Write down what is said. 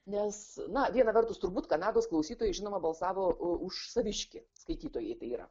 nes na viena vertus turbūt kanados klausytojai žinoma balsavo už saviškį skaitytojai tai yra